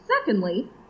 Secondly